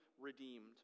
redeemed